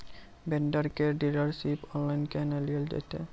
Vendor केर dealership online केहनो लियल जेतै?